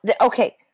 okay